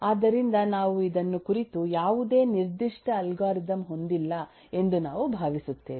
ಆದ್ದರಿಂದ ನಾವು ಇದನ್ನು ಕುರಿತು ಯಾವುದೇ ನಿರ್ದಿಷ್ಟ ಅಲ್ಗಾರಿದಮ್ ಹೊಂದಿಲ್ಲ ಎಂದು ನಾವು ಭಾವಿಸುತ್ತೇವೆ